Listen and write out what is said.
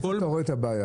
איפה אתה רואה את הבעיה?